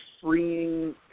freeing